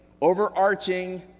overarching